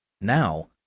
Now